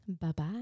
Bye-bye